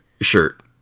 shirt